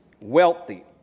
wealthy